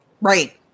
Right